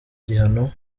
gihano